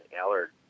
Allard